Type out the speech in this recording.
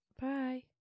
Bye